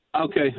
okay